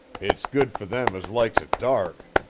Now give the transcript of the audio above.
it's good for them as likes it dark,